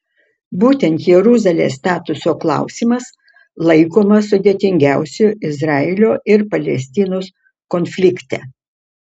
būtent jeruzalės statuso klausimas laikomas sudėtingiausiu izraelio ir palestinos konflikte